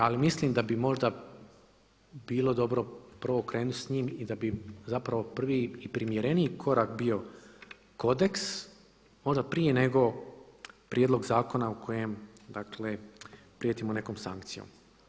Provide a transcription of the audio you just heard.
Ali mislim da bi možda bilo dobro prvo krenuti s njim i da bi zapravo prvi i primjereniji korak bio kodeks onda prije nego prijedlog zakona o kojem dakle prijetimo nekom sankcijom.